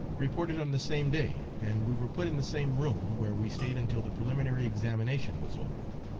reported on the same day, and we were put in the same room, where we stayed until the preliminary examination was over,